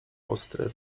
ostre